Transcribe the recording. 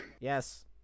Yes